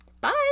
Bye